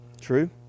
True